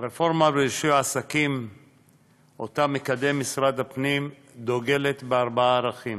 הרפורמה ברישוי העסקים שמקדם משרד הפנים דוגלת בארבעה ערכים: